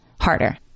harder